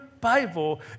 Bible